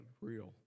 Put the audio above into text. real